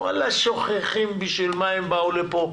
וכל השוכחים, בשביל מה הם באו לפה?